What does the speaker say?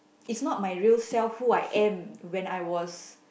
it's not my real self who I am when I was